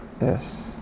Yes